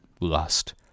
lust